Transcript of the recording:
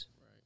Right